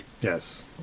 Yes